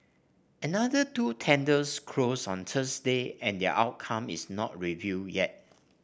another two tenders closed on Thursday and their outcome is not revealed yet